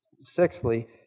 sixthly